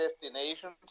destinations